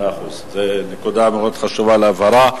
מאה אחוז, זו נקודה מאוד חשובה להבהרה.